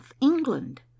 england